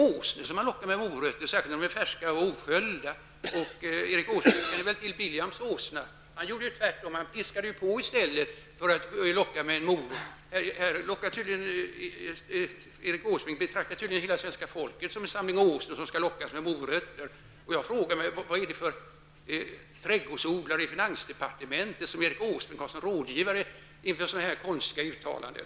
Åsnor lockar man med morötter, särskilt när de är färska och osköljda! Erik Åsbrink känner väl till Bileams åsna. Bileam gjorde tvärtom, han piskade på i stället för att locka med en morot. Erik Åsbrink betraktar tydligen hela svenska folket som en samling åsnor som skall lockas med morötter. Jag frågar mig vad det är för en trädgårdsodlare i finansdepartementet som Erik Åsbrink har som rådgivare inför sådana här konstiga uttalanden.